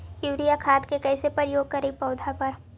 Urea खाद के कैसे प्रयोग करि पौधा पर?